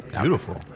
beautiful